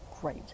great